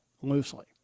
loosely